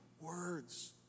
words